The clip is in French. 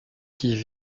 qui